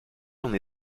l’on